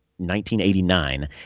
1989